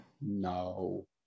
No